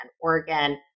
Oregon